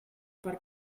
per